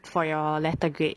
for your letter grade